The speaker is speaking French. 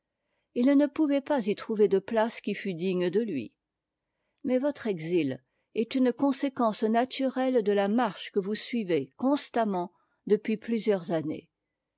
it ne pouvait pas y trouver de place qui fût digne de lui mais votre exil est une conséquence a naturette de la marche que vous suivez constamment depuis plusieurs années